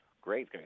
Great